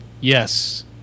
yes